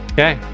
Okay